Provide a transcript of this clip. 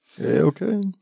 Okay